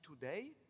today